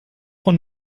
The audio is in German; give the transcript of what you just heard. von